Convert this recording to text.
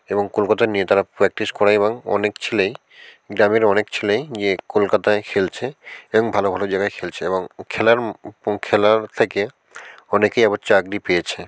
এবং কলকাতায় নিয়ে তারা প্র্যাকটিস করে এবং অনেক ছেলেই গ্রামের অনেক ছেলেই গিয়ে কলকাতায় খেলছে এবং ভালো ভালো জায়গায় খেলছে এবং খেলার খেলার থেকে অনেকেই আবার চাকরি পেয়েছে